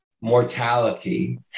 mortality